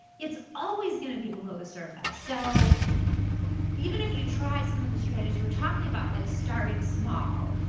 it's always going to be below the surface so even if you try some of the strategies we're talking about, like starting small,